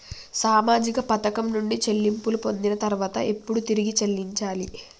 సామాజిక పథకం నుండి చెల్లింపులు పొందిన తర్వాత ఎప్పుడు తిరిగి చెల్లించాలి?